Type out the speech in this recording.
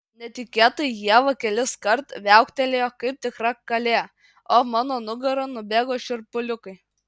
netikėtai ieva keliskart viauktelėjo kaip tikra kalė o mano nugara nubėgo šiurpuliukai